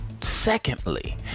Secondly